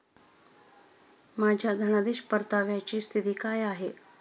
माझ्या धनादेश परताव्याची स्थिती काय आहे?